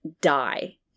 die